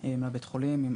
מהבית חולים,